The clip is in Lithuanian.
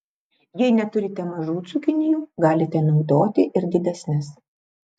jei neturite mažų cukinijų galite naudoti ir didesnes